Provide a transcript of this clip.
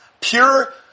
pure